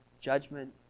Judgment